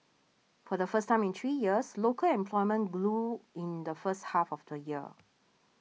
for the first time in three years local employment grew in the first half of the year